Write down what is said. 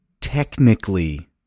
technically